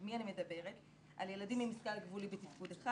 אני מדברת על ילדים עם מכל גבולי בתפקוד 1,